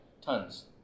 tons